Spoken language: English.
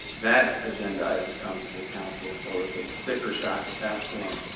that agenda item comes to the council. so if it's sticker shock at that point,